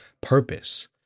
purpose